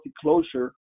closure